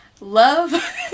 Love